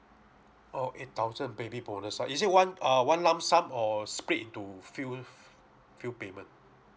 oh eight thousand baby bonus uh is it one err one lump sum or spread into few few payment